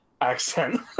accent